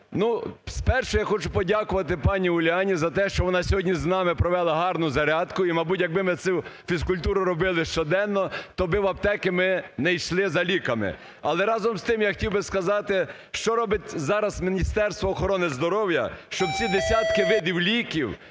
Ну, спершу, я хочу подякувати пані Уляні за те, що вона сьогодні з нами провела гарну зарядку і, мабуть, якби цю фізкультуру робили щоденно, то би в аптеки ми не йшли за ліками. Але, разом з тим, я хотів би сказати, що робить зараз Міністерство охорони здоров'я, щоб ці десятки видів ліків,